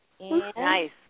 Nice